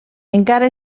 encara